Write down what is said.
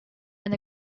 and